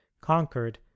conquered